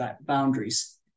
boundaries